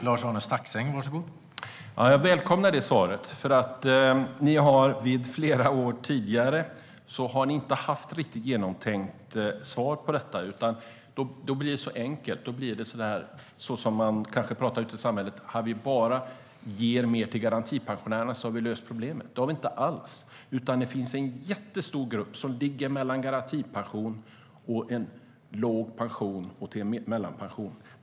Herr talman! Jag välkomnar det svaret, för ni har i flera år tidigare inte haft något riktigt genomtänkt svar på detta. Då blir det så enkelt; då blir det så som man kanske säger ute i samhället: Om vi bara ger mer till garantipensionärerna har vi löst problemet. Det har vi inte alls. Det finns en jättestor grupp som ligger mellan garantipension och en låg eller mellanhög pension.